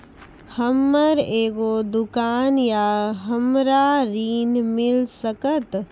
हमर एगो दुकान या हमरा ऋण मिल सकत?